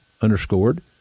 underscored